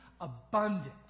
abundant